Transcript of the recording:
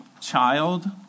child